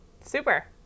Super